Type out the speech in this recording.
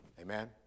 Amen